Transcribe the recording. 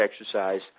exercise